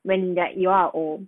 when that you are old